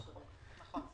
זה יכול לקחת זמן.